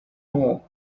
more